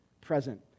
present